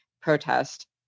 protest